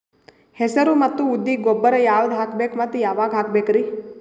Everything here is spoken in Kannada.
ಹೆಸರು ಮತ್ತು ಉದ್ದಿಗ ಗೊಬ್ಬರ ಯಾವದ ಹಾಕಬೇಕ ಮತ್ತ ಯಾವಾಗ ಹಾಕಬೇಕರಿ?